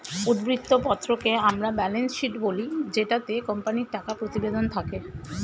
উদ্ধৃত্ত পত্রকে আমরা ব্যালেন্স শীট বলি জেটাতে কোম্পানির টাকা প্রতিবেদন থাকে